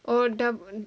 oh doub~